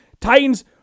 Titans